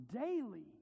daily